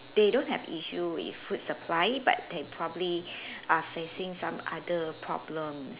they don't have issue with food supply but they probably are facing some other problem